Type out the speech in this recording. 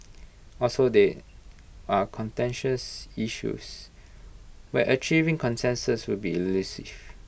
also they are contentious issues where achieving consensus will be elusive